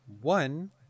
One